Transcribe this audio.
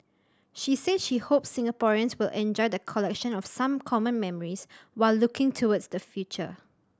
she said she hopes Singaporeans will enjoy the collection of some common memories while looking towards the future